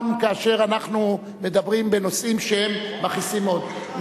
גם כאשר אנחנו מדברים בנושאים שהם מכעיסים מאוד.